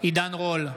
עידן רול,